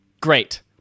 Great